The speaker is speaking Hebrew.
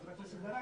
חבר הכנסת גנאים,